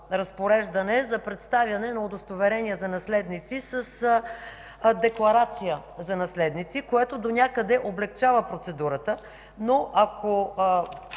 за представяне на удостоверение за наследници с декларация за наследници, което донякъде облекчава процедурата,